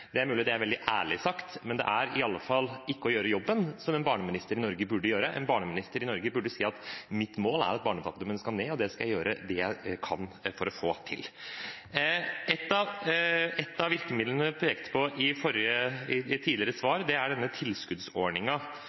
Det er mulig det er veldig ærlig sagt, men det er i alle fall ikke å gjøre jobben som en barneminister i Norge burde gjøre. En barneminister i Norge burde si at mitt mål er at barnefattigdommen skal ned. Det skal jeg gjøre det jeg kan for å få til. Et av virkemidlene hun pekte på i et tidligere svar, er denne